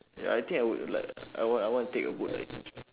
ya I think I would lah I want I want to take a boat license